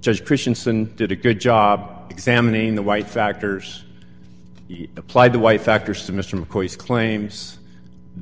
just christianson did a good job examining the white factors applied the white factors to mr mccoy's claims